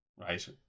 Right